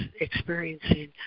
experiencing